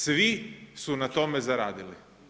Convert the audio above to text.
Svi su na tome zaradili.